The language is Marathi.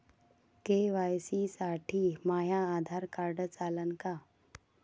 के.वाय.सी साठी माह्य आधार कार्ड चालन का?